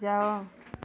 ଯାଅ